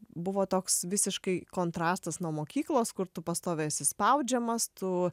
buvo toks visiškai kontrastas nuo mokyklos kur tu pastoviai esi spaudžiamas tu